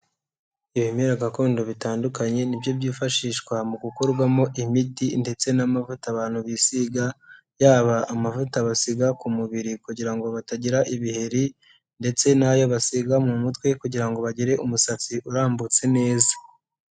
Ibimera gakondo bitandukanye nibyo byifashishwa mu gukorwamo imiti ndetse n'amavuta abantu bisiga, yaba amavuta basiga ku mubiri kugira ngo batagira ibiheri, ndetse n'ayo basiga mu mutwe kugira ngo bagire umusatsi urambutse neza.